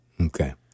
Okay